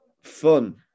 fun